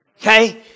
Okay